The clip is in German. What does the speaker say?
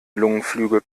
lungenflügel